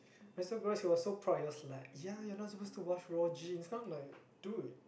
it's so gross he was so proud he was like yeah you're not supposed to wash raw jeans then I'm like dude